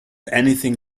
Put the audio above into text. anything